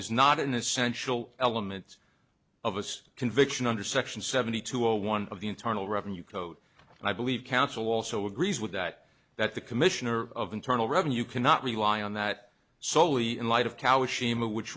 is not an essential element of us conviction under section seventy two or one of the internal revenue code and i believe counsel also agrees with that that the commissioner of internal revenue cannot rely on that soley in light of calif shima which